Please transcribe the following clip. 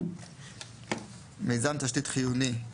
"מיזם תשתית חיוני"-